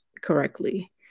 correctly